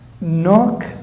knock